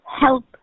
help